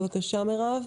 בבקשה, מירב.